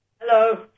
Hello